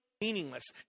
meaningless